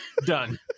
Done